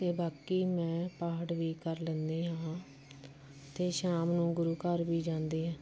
ਅਤੇ ਬਾਕੀ ਮੈਂ ਪਾਠ ਵੀ ਕਰ ਲੈਂਦੀ ਹਾਂ ਅਤੇ ਸ਼ਾਮ ਨੂੰ ਗੁਰੂ ਘਰ ਵੀ ਜਾਂਦੀ